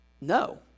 No